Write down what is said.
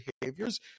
behaviors